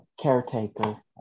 caretaker